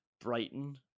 Brighton